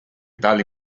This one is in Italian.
tali